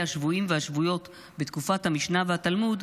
השבויים והשבויות בתקופת המשנה והתלמוד,